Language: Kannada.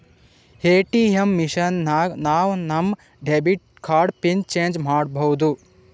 ಎ.ಟಿ.ಎಮ್ ಮಷಿನ್ ನಾಗ್ ನಾವ್ ನಮ್ ಡೆಬಿಟ್ ಕಾರ್ಡ್ದು ಪಿನ್ ಚೇಂಜ್ ಮಾಡ್ಬೋದು